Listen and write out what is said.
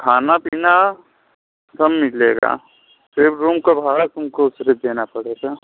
खाना पीना सब मिलेगा सिर्फ़ रूम का भाड़ा तुम को सिर्फ़ देना पड़ेगा